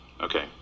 Okay